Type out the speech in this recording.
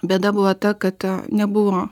bėda buvo ta kad nebuvo